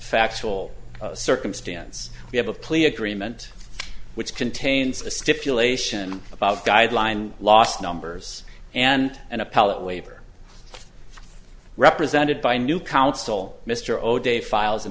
factual circumstance we have a plea agreement which contains a stipulation about guideline last numbers and an appellate waiver represented by new counsel mr o'day files